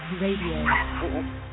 Radio